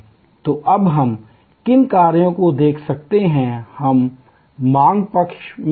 तो अब हम किन कार्यों को देख सकते हैं क्या हम मांग पक्ष में ले सकते हैं